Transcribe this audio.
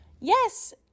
Yes